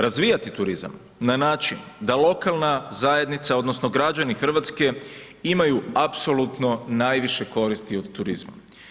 Razvijati turizam na način da lokalna zajednica odnosno građani hrvatske imaju apsolutno najviše koristi od turizma.